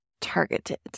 targeted